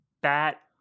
bat